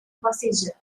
procedure